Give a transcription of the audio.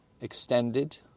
extended